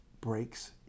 breaks